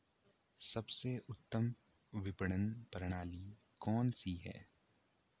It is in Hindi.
सबसे उत्तम विपणन प्रणाली कौन सी है?